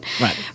Right